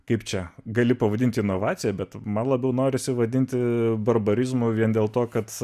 kaip čia gali pavadinti inovaciją bet man labiau norisi vadinti barbarizmu vien dėl to kad